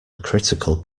critical